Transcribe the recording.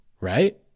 right